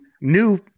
new